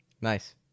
nice